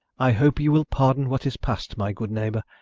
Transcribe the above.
i hope you will pardon what is past, my good neighbour.